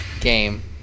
game